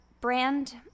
brand